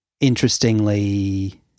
interestingly